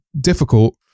difficult